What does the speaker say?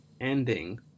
ending